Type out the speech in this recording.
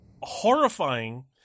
horrifying